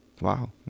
Wow